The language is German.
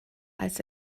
als